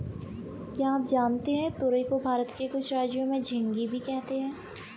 क्या आप जानते है तुरई को भारत के कुछ राज्यों में झिंग्गी भी कहते है?